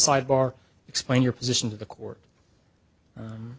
sidebar explain your position to the court